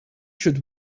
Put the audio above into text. should